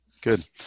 Good